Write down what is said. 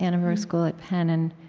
annenberg school at penn, and